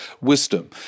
wisdom